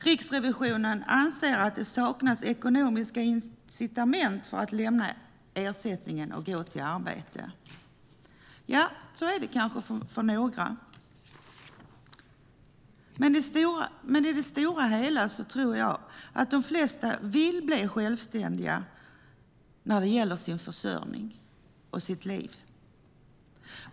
Riksrevisionen anser att det saknas ekonomiska incitament för att lämna ersättningen och gå till arbete. Ja, så är det kanske för några. Men i det stora hela tror jag att de flesta vill bli självständiga när det gäller deras försörjning och deras liv.